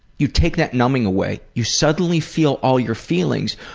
you take that numbing away. you suddenly feel all your feelings,